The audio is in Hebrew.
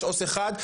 שיש עו״ס אחד,